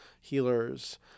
healers